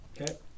Okay